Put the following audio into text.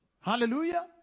Hallelujah